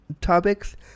topics